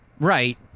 right